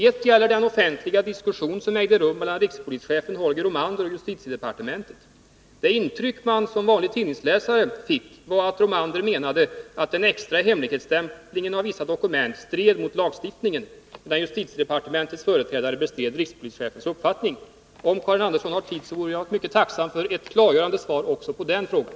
Ett gäller den offentliga diskussion som ägde rum mellan rikspolischefen Holger Romander och justitiedepartementet. Det intryck man som vanlig tidningsläsare fick var att Holger Romander menade att den extra hemligstämplingen av vissa dokument stred mot lagstiftningen medan justitiedepartementets företrädare bestred rikspolischefens uppfattning. Om Karin Andersson har tid vore jag mycket tacksam för ett klargörande svar också på den frågan.